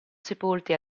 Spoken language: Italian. sepolti